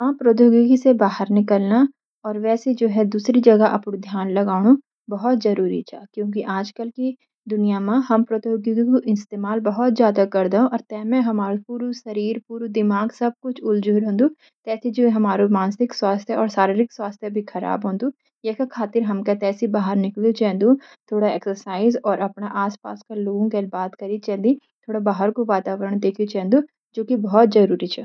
हां प्रौद्योगिकी सी बाहर निकलना और दूसरी जगह आपडू ध्यान लगोंनू बहुत जरूरी छ क्यूंकि आजकल की दुनिया म हम प्रौद्योगिकी कु इस्तेमाल बहुत ज्यादा करदो और ते म हमारू पुरू शरीर, पुरु दिमाग सब कुछ उलझू रेह्ंदू। जैसी हमरू मानसिक स्वास्थ्य और शारीरिक स्वास्थ्य भी खराब होनदु। ये का खातिर हमूक ते सी बाहर निकलूं चेंदू, थोड़ा एक्सरसाइज और लोगो गैल बात करी चेन्दी, थोड़ा बाहर कु वातावरण देखयू चेन्दु जु बहुत जरूरी छ।